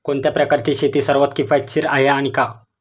कोणत्या प्रकारची शेती सर्वात किफायतशीर आहे आणि का?